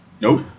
Nope